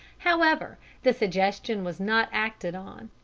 however, the suggestion was not acted on.